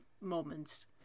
moments